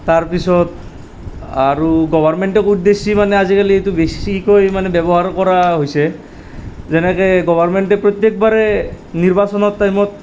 তাৰ পিছত আৰু গবৰ্ণমেণ্টক উদ্দেশ্যে মানে আজিকালি এইটো বেছিকৈ মানে ব্যৱহাৰ কৰা হৈছে যেনেকৈ গৱৰ্ণমেন্টে প্ৰত্যেকবাৰে নিৰ্বাচনৰ টাইমত